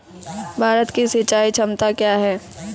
भारत की सिंचाई क्षमता क्या हैं?